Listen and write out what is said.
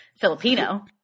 Filipino